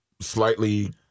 slightly